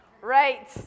Right